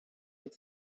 and